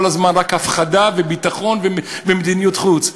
כל הזמן רק הפחדה וביטחון ומדיניות חוץ.